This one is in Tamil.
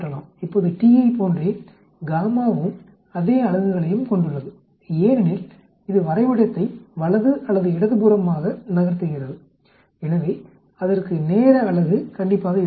இப்போது t ஐப் போன்றே வும் அதே அலகுகளையும் கொண்டுள்ளது ஏனெனில் இது வரைபடத்தை வலது அல்லது இடதுபுறமாக நகர்த்துகிறது எனவே அதற்கு நேர அலகு கண்டிப்பாக இருக்க வேண்டும்